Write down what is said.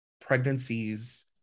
pregnancies